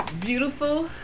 beautiful